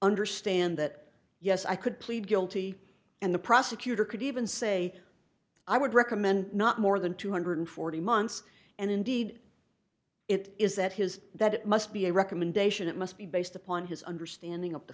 understand that yes i could plead guilty and the prosecutor could even say i would recommend not more than two hundred and forty months and indeed it is that his that it must be a recommendation it must be based upon his understanding of the